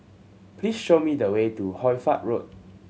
please show me the way to Hoy Fatt Road